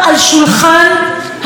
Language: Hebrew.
מקבלי ההחלטות,